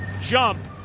jump